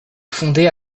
fondé